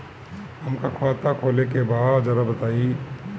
हमका खाता खोले के बा जरा बताई?